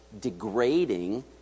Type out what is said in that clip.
degrading